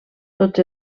tots